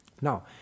Now